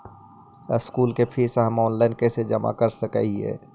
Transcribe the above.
School के fees हम online कैसे जमा कर सक हिय?